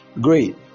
Great